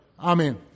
Amen